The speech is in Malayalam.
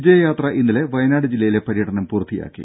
വിജയ യാത്ര ഇന്നലെ വയനാട് ജില്ലയിലെ പര്യടനം പൂർത്തിയാക്കി